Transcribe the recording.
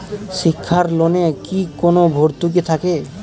শিক্ষার লোনে কি কোনো ভরতুকি থাকে?